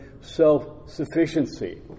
self-sufficiency